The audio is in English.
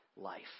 life